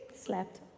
Slept